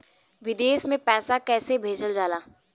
विदेश में पैसा कैसे भेजल जाला?